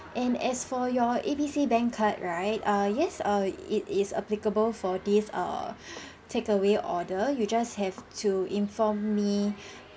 and as for your A B C bank card right err yes err it is applicable for this err takeaway order you just have to inform me